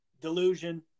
Delusion